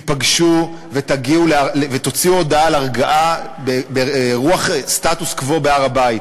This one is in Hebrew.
תיפגשו ותוציאו הודעה על הרגעה ברוח של סטטוס קוו בהר-הבית.